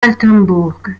altenbourg